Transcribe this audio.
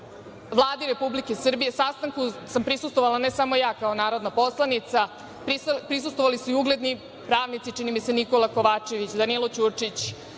Vladi Republike Srbije. Sastanku sam prisustvovala ne samo ja kao narodna poslanica, prisustvovali su i ugledni pravnici, čini mi se, Nikola Kovačević, Danilo Ćurćić,